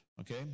okay